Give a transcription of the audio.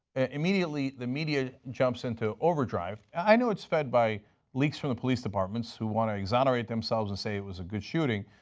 immediately the media jumped into overdrive. i know it is fed by leaks from the police department to want to exonerate themselves and say it was a good shooting,